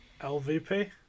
LVP